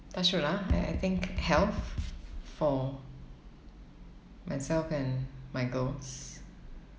touch wood ah I I think health for myself and my girls